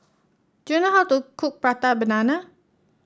do you know how to cook Prata Banana